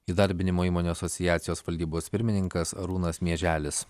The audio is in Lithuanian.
įdarbinimo įmonių asociacijos valdybos pirmininkas arūnas mieželis